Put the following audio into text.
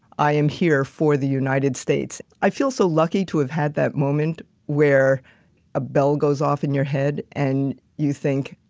i am here for the united states. i feel so lucky to have had that moment where a bell goes off in your head and you think,